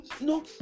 no